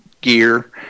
gear